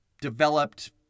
developed